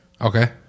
Okay